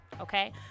okay